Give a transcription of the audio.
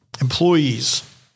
Employees